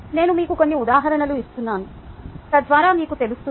నేను మీకు కొన్ని ఉదాహరణలు ఇస్తున్నాను తద్వారా మీకు తెలుస్తుంది